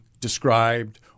described